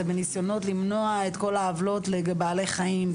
זה בניסיונות למנוע את כל העוולות לבעלי חיים,